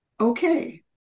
Okay